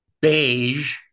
beige